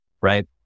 right